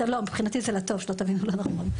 מבחינתי זה לטוב שלא תבינו לא נכון,